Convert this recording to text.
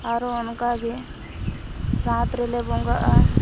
ᱟᱨᱚ ᱚᱱᱠᱟᱜᱮ ᱨᱚᱛᱷ ᱨᱮᱞᱮ ᱵᱚᱸᱜᱟᱼᱟ